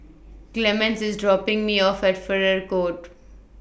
Clemence IS dropping Me off At Farrer Court